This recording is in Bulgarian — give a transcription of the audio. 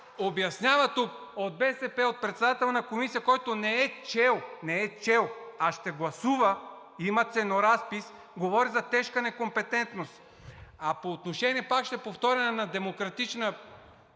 обяснява тук от БСП, от председателя на комисия, който не е чел – не е чел! – а ще гласува, има ценоразпис, говори за тежка некомпетентност. А по отношение, пак ще повторя, на „Демократична